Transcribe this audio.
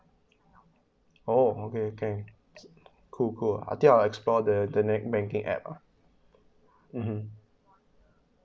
orh okay can cool cool I think I will explore the the net banking app uh mmhmm